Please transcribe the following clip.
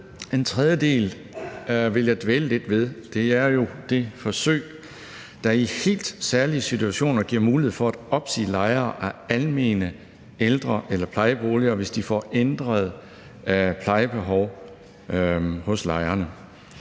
Den tredje del vil jeg dvæle lidt ved. Det er jo det forsøg, der i helt særlige situationer giver mulighed for at opsige lejere af almene ældre- eller plejeboliger, hvis de får ændrede plejebehov, altså hos lejerne.